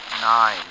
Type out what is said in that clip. Nine